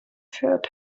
fährt